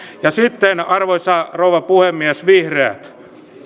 ja sitten arvoisa rouva puhemies vihreät